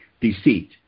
deceit